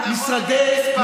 כמה כסף?